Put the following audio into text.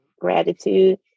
gratitude